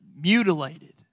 mutilated